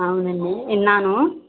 అవునండి విన్నాను